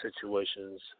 situations